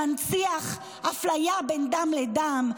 שמנציח אפליה בין דם לדם,